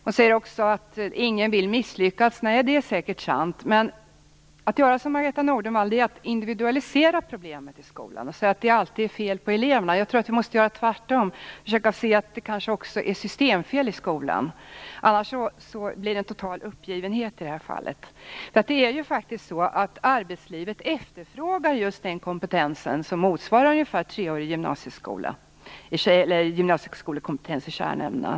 Hon säger också att ingen vill misslyckas. Det är säkert sant. Att göra som Margareta E Nordenvall säger är att individualisera problemen i skolan och att säga att det alltid är fel på eleverna. Jag tror att vi måste göra tvärtom och försöka se att det också kan finnas systemfel i skolan, för annars blir det en total uppgivenhet i det här fallet. Inom arbetslivet efterfrågas just den kompetens som ungefärligen motsvarar en treårig gymnasieskolekompetens i kärnämnena.